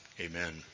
Amen